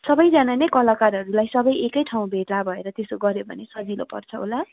सबजना नै कलाकारहरूलाई सब एक ठाउँ भेला भएर त्यसो गऱ्यो भने सजिलो पर्छ होला